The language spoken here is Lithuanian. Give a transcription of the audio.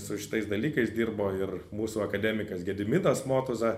su šitais dalykais dirbo ir mūsų akademikas gediminas motuza